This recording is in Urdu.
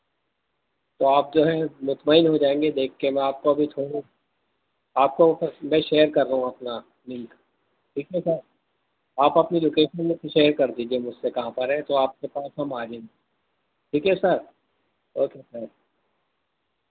تو آپ جو ہیں مطمئن ہو جائیں گے دیکھ کے میں آپ کو ابھی آپ کو میں شئیر کر رہا ہوں اپنا لینک ٹھیک ہے سر آپ اپنی لوکیشن مجھے شیئر کر دیجیے مجھ سے کہاں پر ہے تو آپ کے پاس ہم آ جائیں گے ٹھیک ہے سر اوکے سر